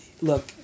look